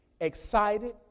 excited